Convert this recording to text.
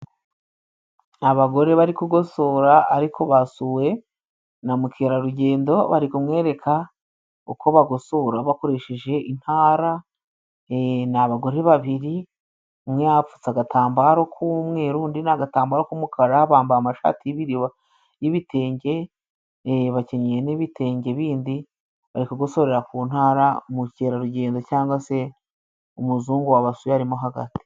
Abagore bari kugosora, ariko basuwe na mukerarugendo bari kumwereka uko bagosora bakoresheje intara, ni abagore babiri umwe apfutse agatambaro k' umweru, undi ni agatambaro k' umukara, bambaye amashati y' ibitenge, bakenyeye n' ibitenge bindi bari kugosorera ku ntara umukerarugendo cyangwa se umuzungu wabasuye arimo hagati.